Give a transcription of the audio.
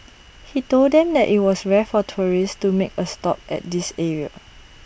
he told them that IT was rare for tourists to make A stop at this area